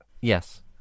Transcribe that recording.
Yes